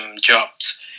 jobs